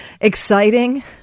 exciting